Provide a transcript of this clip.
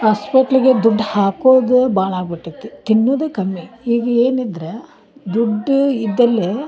ಆಸ್ಪಿಟ್ಲಿಗೆ ದುಡ್ಡು ಹಾಕೋದೇ ಭಾಳ ಆಗ್ಬಿಟ್ಟೈತಿ ತಿನ್ನುದು ಕಮ್ಮಿ ಈಗ ಏನಿದ್ರೆ ದುಡ್ಡು ಇದ್ದಲ್ಲೇ